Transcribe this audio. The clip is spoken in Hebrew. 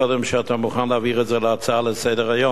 קודם, שאתה מוכן להעביר את זה להצעה לסדר-היום.